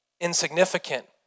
insignificant